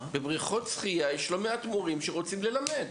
בבריכות שחייה יש לא מעט מורים שרוצים ללמד.